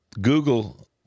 Google